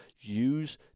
Use